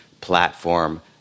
platform